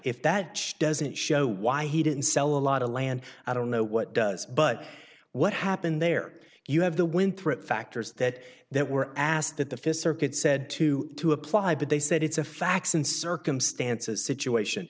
if that doesn't show why he didn't sell a lot of land i don't know what does but what happened there you have the winthrop factors that that were passed that the fist circuit said to to apply but they said it's a facts and circumstances situation